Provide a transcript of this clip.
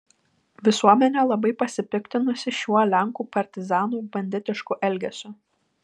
visuomenė labai pasipiktinusi šiuo lenkų partizanų banditišku elgesiu